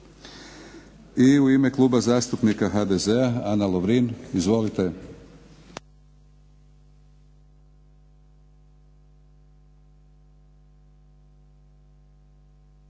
I u ime Kluba zastupnika HDZ-a Ana Lovrin. Izvolite.